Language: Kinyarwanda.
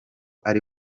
ari